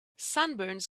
sunburns